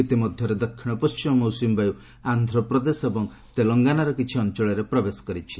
ଇତିମଧ୍ୟରେ ଦକ୍ଷିଣ ପଶ୍ଚିମ ମୌସୁମୀବାୟୁ ଆନ୍ଧ୍ରପ୍ରଦେଶ ଏବଂ ତେଲଙ୍ଗାନାର କିଛି ଅଞ୍ଚଳରେ ପ୍ରବେଶ କରିଛି